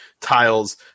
tiles